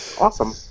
Awesome